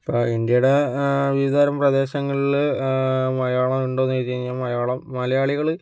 ഇപ്പം ഇന്ത്യയുടെ വിവിധതരം പ്രദേശങ്ങളില് മലയാളം ഉണ്ടോ എന്ന് ചോദിച്ചു കഴിഞ്ഞാൽ മലയാളം മലയാളികള്